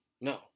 No